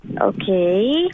Okay